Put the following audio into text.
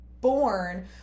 born